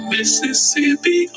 Mississippi